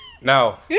Now